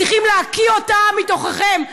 צריכים להקיא אותה מתוככם.